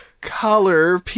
Color